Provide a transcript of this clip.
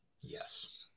Yes